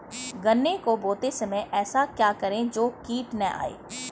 गन्ने को बोते समय ऐसा क्या करें जो कीट न आयें?